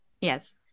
Yes